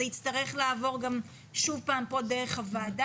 זה יצטרך לעבור שוב דרך הוועדה.